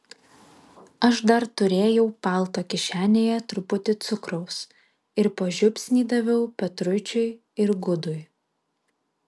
aš dar turėjau palto kišenėje truputį cukraus ir po žiupsnį daviau petruičiui ir gudui